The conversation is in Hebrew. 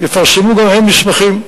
יפרסמו גם הם מסמכים.